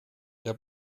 der